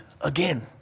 again